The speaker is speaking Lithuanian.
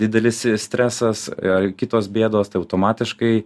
didelis stresas ar kitos bėdos tai automatiškai